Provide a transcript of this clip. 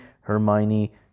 Hermione